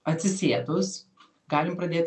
atsisėdus galim pradėt